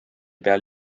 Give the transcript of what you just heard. peal